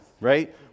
Right